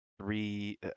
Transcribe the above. three